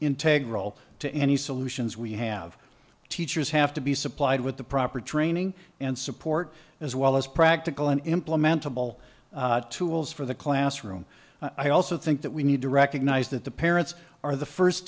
all to any solutions we have teachers have to be supplied with the proper training and support as well as practical and implementable tools for the classroom i also think that we need to recognize that the parents are the first